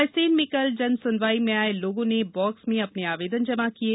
रायसेन में कल जनसुनवाई में आये लोगों ने बॉक्स में अपने आवेदन जमा किये